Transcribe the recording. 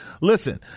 Listen